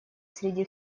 среди